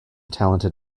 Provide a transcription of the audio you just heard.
talented